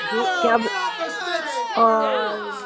जी क्या और